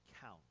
count